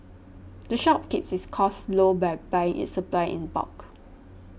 the shop keeps its costs low by buying its supplies in bulk